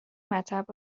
مطب